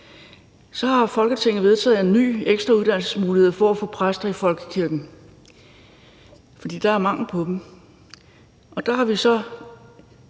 Folketinget har så vedtaget en ny ekstra uddannelsesmulighed for at få præster i folkekirken, fordi der er mangel på dem, og der har vi så